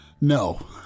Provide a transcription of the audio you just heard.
No